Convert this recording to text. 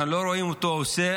אנחנו לא רואים אותו עושה